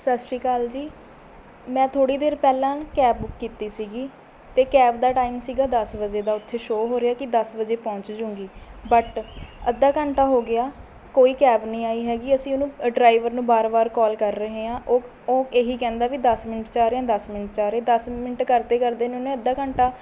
ਸਤਿ ਸ਼੍ਰੀ ਅਕਾਲ ਜੀ ਮੈਂ ਥੋੜ੍ਹੀ ਦੇਰ ਪਹਿਲਾਂ ਨਾ ਕੈਬ ਬੁੱਕ ਕੀਤੀ ਸੀਗੀ ਅਤੇ ਕੈਬ ਦਾ ਟਾਈਮ ਸੀਗਾ ਦਸ ਵਜੇ ਦਾ ਉੱਥੇ ਸ਼ੋਅ ਹੋ ਰਿਹਾ ਕਿ ਦਸ ਵਜੇ ਪਹੁੰਚਜੂਂਗੀ ਬਟ ਅੱਧਾ ਘੰਟਾ ਹੋ ਗਿਆ ਕੋਈ ਕੈਬ ਨਹੀਂ ਆਈ ਹੈਗੀ ਅਸੀਂ ਉਹਨੂੰ ਡਰਾਈਵਰ ਨੂੰ ਵਾਰ ਵਾਰ ਕੋਲ ਕਰ ਰਹੇ ਹਾਂ ਉਹ ਇਹ ਹੀ ਕਹਿੰਦਾ ਵੀ ਦਸ ਮਿੰਟ 'ਚ ਆ ਰਿਹਾ ਦਸ ਮਿੰਟ 'ਚ ਆ ਰਿਹਾ ਦਸ ਮਿੰਟ ਕਰਦੇ ਕਰਦੇ ਨੂੰ ਉਹਨੇ ਅੱਧਾ ਘੰਟਾ